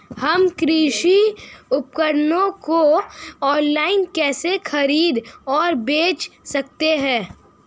हम कृषि उपकरणों को ऑनलाइन कैसे खरीद और बेच सकते हैं?